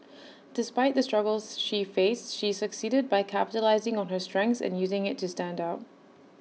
despite the struggles she faced she succeeded by capitalising on her strengths and using IT to stand out